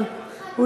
אבל המזכיר,